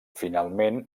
finalment